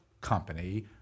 company